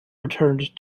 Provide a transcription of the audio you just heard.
returned